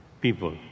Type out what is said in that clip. people